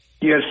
Yes